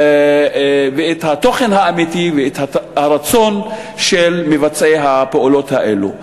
ואת התוכן האמיתי ואת הרצון של מבצעי הפעולות האלה.